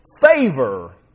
favor